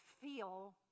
feel